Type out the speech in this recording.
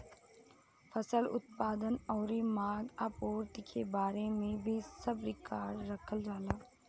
फसल उत्पादन अउरी मांग आपूर्ति के बारे में भी सब रिकार्ड रखल जाला